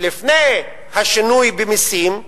לפני השינוי במסים,